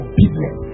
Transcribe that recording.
business